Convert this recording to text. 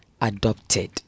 adopted